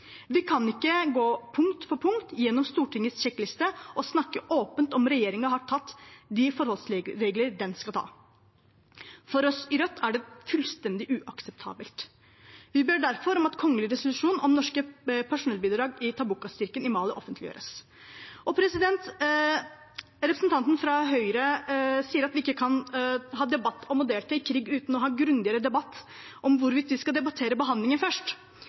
Vi kan ikke gå punkt for punkt gjennom Stortingets sjekkliste og snakke åpent om regjeringen har tatt de forholdsregler den skal ta. For oss i Rødt er det fullstendig uakseptabelt. Vi ber derfor om at den kongelige resolusjonen om norske personellbidrag i Takuba-styrken i Mali offentliggjøres. Representanten fra Høyre sier at vi ikke kan ha debatt om å delta i krig uten å ha grundigere debatt om hvorvidt vi skal debattere behandlingen først